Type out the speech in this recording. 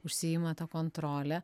užsiima ta kontrole